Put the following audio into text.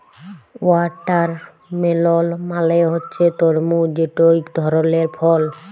watermelon মালে হছে তরমুজ যেট ইক ধরলের ফল